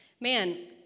man